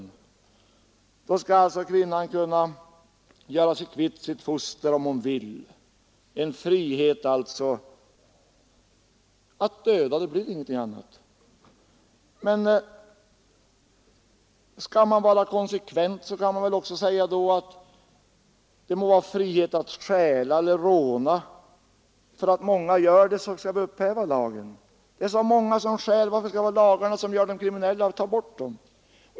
En kvinna skall alltså kunna göra sig kvitt sitt foster om hon vill, ha frihet att döda — det är ingenting annat. Skall man vara konsekvent kan man då också hävda att folk skall ha frihet att stjäla och råna, att vi skall upphäva lagen eftersom det är så många som stjäl. Varför skall vi ha lagar som säger att vi är kriminella? Tag bort dem!